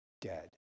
dead